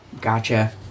Gotcha